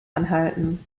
anhalten